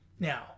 Now